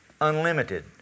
unlimited